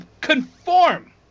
conform